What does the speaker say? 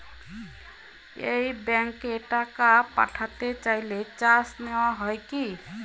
একই ব্যাংকে টাকা পাঠাতে চাইলে চার্জ নেওয়া হয় কি?